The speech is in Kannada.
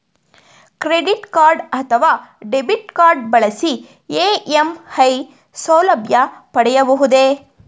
ಕ್ರೆಡಿಟ್ ಕಾರ್ಡ್ ಅಥವಾ ಡೆಬಿಟ್ ಕಾರ್ಡ್ ಬಳಸಿ ಇ.ಎಂ.ಐ ಸೌಲಭ್ಯ ಪಡೆಯಬಹುದೇ?